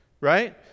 right